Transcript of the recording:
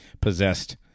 possessed